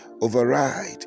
override